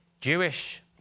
Jewish